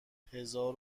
هزار